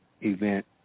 event